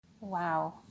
Wow